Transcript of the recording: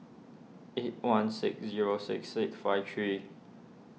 eight one six zero six six five three